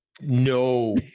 No